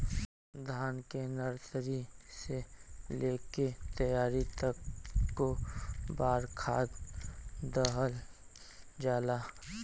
धान के नर्सरी से लेके तैयारी तक कौ बार खाद दहल जाला?